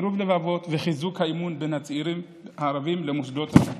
קירוב לבבות וחיזוק האמון בין הצעירים הערבים למוסדות השלטון.